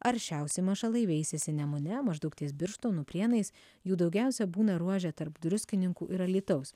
aršiausi mašalai veisiasi nemune maždaug ties birštonu prienais jų daugiausia būna ruože tarp druskininkų ir alytaus